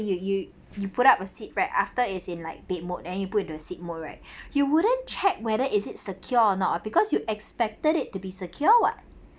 you you you put up a seat right after is in like bed mode then you put into seat mode right you wouldn't check whether is it secure or not because you expected it to be secure [what]